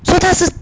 so 她是